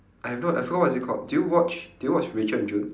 I have no I forgot what is it called do you watch do you watch rachel and jun